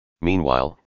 Meanwhile